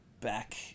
back